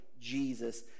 Jesus